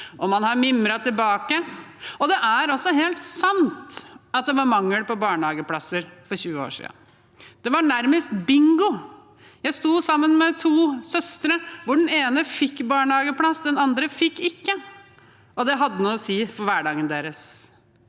og man har mimret tilbake. Det er også helt sant at det var mangel på barnehageplasser for 20 år siden. Det var nærmest bingo. Jeg sto sammen med to søstre, den ene fikk barnehageplass, den andre fikk ikke, og det hadde noe å si for hverdagen deres.